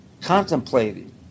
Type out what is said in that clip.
contemplating